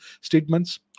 statements